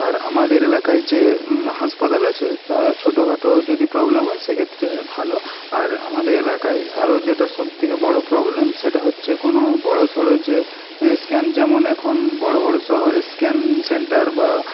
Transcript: আর আমাদের এলাকায় যে হাসপাতাল আছে তা ছোটো খাটো যদি প্রবলেম হয় সেক্ষেত্রে ভালো আর আমাদের এলাকায় আরো যেটা সব থেকে বড় প্রবলেম সেটা হচ্ছে কোন বড়সড় যে স্ক্যান যেমন এখন বড় বড় শহরে স্ক্যান সেন্টার বা